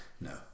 no